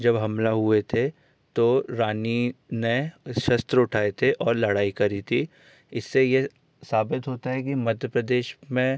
जब हमला हुए थे तो रानी ने शस्त्र उठाए थे और लड़ाई करी थी इससे यह साबित होता है कि मध्य प्रदेश में